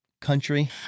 country